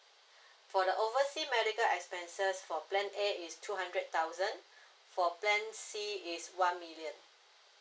for the oversea medical expenses for plan A is two hundred thousand for plan C is one million